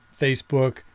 Facebook